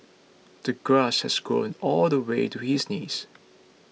the grass had grown all the way to his knees